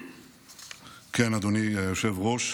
כן, אדוני היושב-ראש.